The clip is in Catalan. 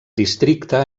districte